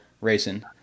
racing